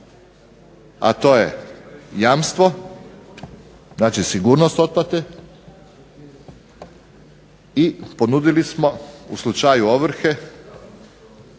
A to je jamstvo, znači sigurnost otplate i ponudili smo u slučaju ovrhe